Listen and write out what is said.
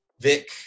Vic